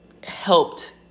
helped